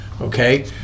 Okay